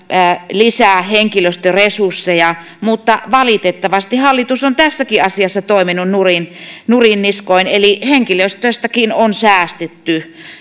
lisää henkilöstöresursseja mutta valitettavasti hallitus on tässäkin asiassa toiminut nurin nurin niskoin eli henkilöstöstäkin on säästetty